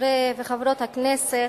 חברי וחברות הכנסת,